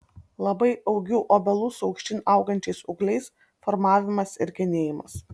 labai augių obelų su aukštyn augančiais ūgliais formavimas ir genėjimas